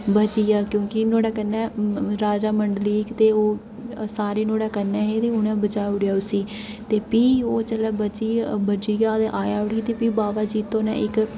बचिया क्योंकि नोआड़े कन्नै राजा मंडलीक ते सारे नोआड़े कन्नै हे उनें बचाई औड़ेआ उसी ते फ्ही चलो ओह् बचिया आया उठी ते फ्ही बावा जित्तो ने